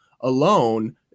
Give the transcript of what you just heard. alone